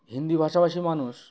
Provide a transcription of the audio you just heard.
হিন্দি ভাষাভাষী মানুষ